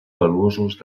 valuosos